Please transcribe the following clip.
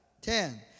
Ten